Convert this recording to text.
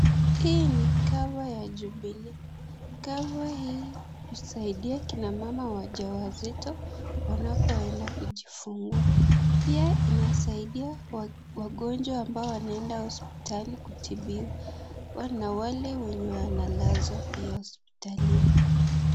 Hii ni dawa ya jubilee dawa hii husaidia wakinamama wajawazito wanapoenda kujifungua pia inasaidia wagonjwa wanapoenda hospitali kutibiwa na wale wanapaswa pia hospitalini.